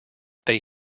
they